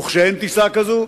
וכשאין טיסה כזאת,